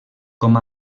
com